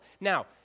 Now